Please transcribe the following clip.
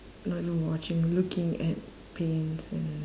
not even watching looking at paints and